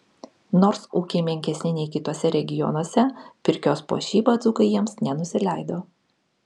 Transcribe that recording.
nors ūkiai menkesni nei kituose regionuose pirkios puošyba dzūkai jiems nenusileido